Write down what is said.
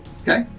Okay